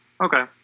Okay